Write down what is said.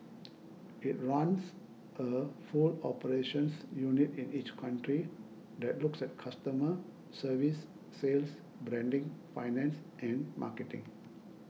it runs a full operations unit in each country that looks at customer service sales branding finance and marketing